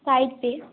side से